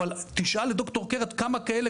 אבל תשאל את ד"ר קרת כמה כאלה,